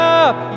up